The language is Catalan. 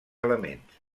elements